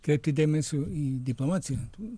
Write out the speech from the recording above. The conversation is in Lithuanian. kreipti dėmesio į diplomaciją